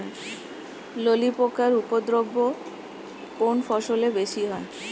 ললি পোকার উপদ্রব কোন ফসলে বেশি হয়?